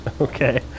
Okay